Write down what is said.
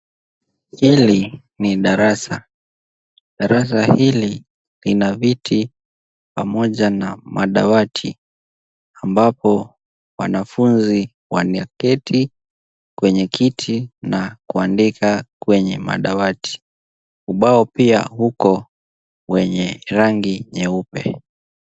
Hili ni darasa. Darasa hili lina viti pamoja na madawati ambapo wanafunzi wanaketi kwenye kiti na kuandika kwenye madawati. Ubao pia uko wenye rangi nyeupe.